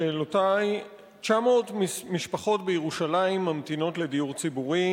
שאלותי: 900 משפחות בירושלים ממתינות לדיור ציבורי,